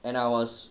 and I was